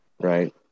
right